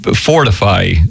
fortify